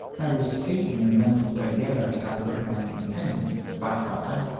i was taking a mental daguerreotype of my companions, by twilight,